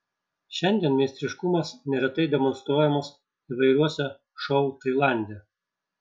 šiandien meistriškumas neretai demonstruojamas įvairiuose šou tailande